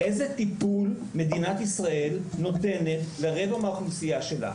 איזה טיפול מדינת ישראל נותנת לרבע מהאוכלוסייה שלה?